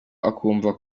akumva